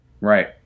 Right